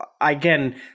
again